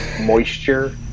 moisture